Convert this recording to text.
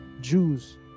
Jews